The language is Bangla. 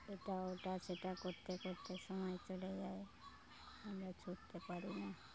এটা ওটা সেটা করতে করতে সময় চলে যায় আমরা ছুটতে পারি না